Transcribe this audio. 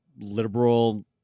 liberal